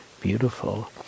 beautiful